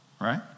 Right